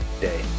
day